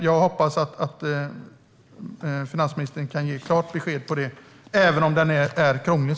Jag hoppas att finansministern kan ge klart besked där, även om detta är krångligt.